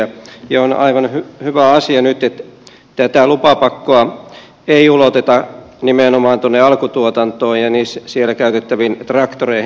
ja on aivan hyvä asia nyt että tätä lupapakkoa ei uloteta nimenomaan tuonne alkutuotantoon ja siellä käytettäviin traktoreihin